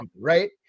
Right